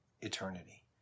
eternity